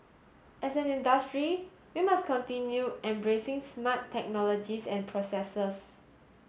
as an industry we must continue embracing smart technologies and processes